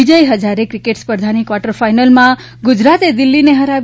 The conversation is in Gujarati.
વિજય ફઝારે ક્રિકેટ સ્પર્ધાની કવાર્ટર ફાઇનલમાં ગુજરાતે દિલ્હીને ફરાવી